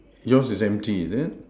yours is empty is it